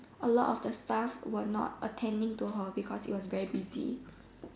a lot of the staff was not attending to her because it was very busy